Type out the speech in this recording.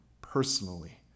personally